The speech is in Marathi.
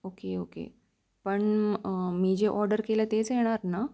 ओके ओके पण मी जे ऑर्डर केलं तेच येणार ना